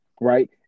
right